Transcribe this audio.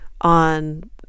on